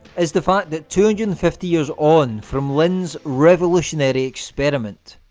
is the fact that two hundred and fifty years on from lind's revolutionary experiment,